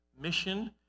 mission